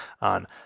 on